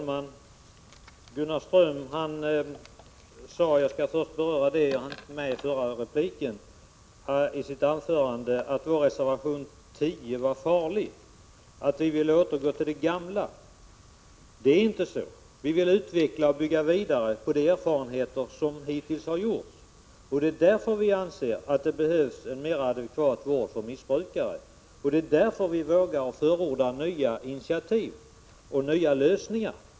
Herr talman! Jag skall först ta upp en fråga som jag inte hann med i min förra replik. Gunnar Ström sade nämligen i sitt anförande att vår reservation 10 var farlig, eftersom den innebär att vi vill återgå till det gamla. Så är det inte. Vi vill utveckla och bygga vidare på de erfarenheter som hittills har gjorts. Det är därför vi anser att det behövs en mera adekvat vård för missbrukare, och det är därför vi vågar förorda nya initiativ och nya lösningar.